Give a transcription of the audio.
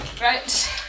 Right